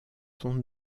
son